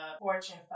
Fortune